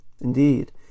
Indeed